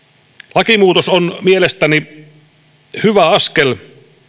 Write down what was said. lakimuutos on mielestäni hyvä askel